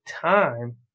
time